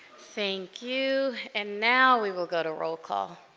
thank you and now we will go to roll call